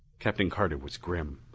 captain carter was grim.